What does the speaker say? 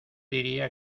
diría